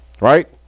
right